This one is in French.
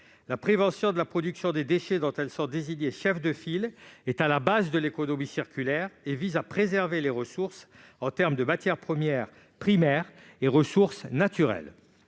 La prévention de la production de déchets dont elles sont désignées les chefs de file est à la base de l'économie circulaire et vise à préserver les ressources- matières premières primaires et ressources naturelles.